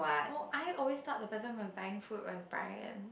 oh I always thought the person who was buying food was Brian